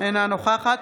אינה נוכחת